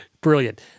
Brilliant